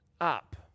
up